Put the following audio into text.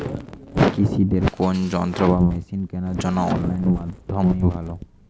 কৃষিদের কোন যন্ত্র বা মেশিন কেনার জন্য অনলাইন মাধ্যম কি ভালো?